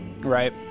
right